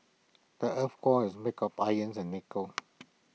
the Earth's core is make of iron and nickel